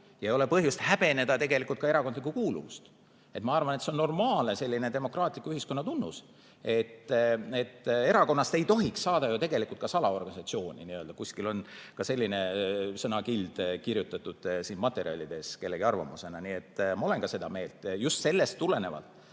ja ei ole põhjust häbeneda ka erakondlikku kuuluvust. Ma arvan, et see on normaalne selline demokraatliku ühiskonna tunnus. Erakonnast ei tohiks saada ju tegelikult ka salaorganisatsiooni. Kuskil on ka selline sõnakild kirjutatud siin materjalides kellegi arvamusena. Nii et ma olen seda meelt just sellest tulenevalt,